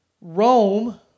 Rome